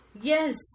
yes